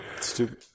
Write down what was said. stupid